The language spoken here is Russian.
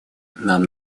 нам